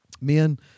Men